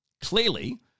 Clearly